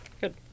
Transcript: Good